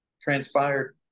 transpired